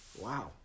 Wow